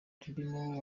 ririmo